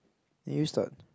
you start